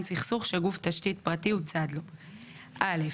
סכסוך שגוף תשתית פרטי הוא צד לו 78. (א)